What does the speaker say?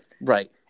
right